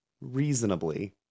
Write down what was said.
reasonably